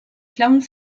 clermont